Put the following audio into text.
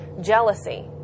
jealousy